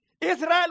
Israel